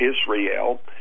Israel